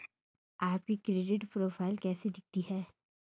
आपकी credit profile कैसी दिखती है?